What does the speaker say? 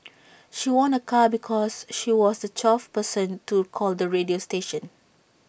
she won A car because she was the twelfth person to call the radio station